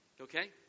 okay